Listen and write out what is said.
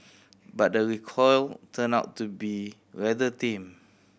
but the recoil turned out to be rather tame